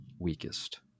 weakest